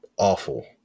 Awful